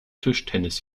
tischtennis